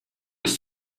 ist